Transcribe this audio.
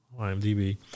IMDb